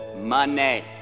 money